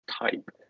type